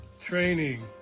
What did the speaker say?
training